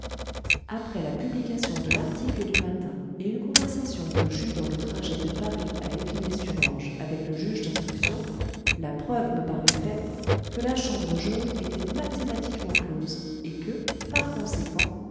après la publication de l'article du matin et une conversation que j'eus dans le trajet de paris à épinay surorge avec le juge d'instruction la preuve me parut faite que la chambre jaune était mathématiquement close et que par conséquent